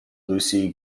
lucy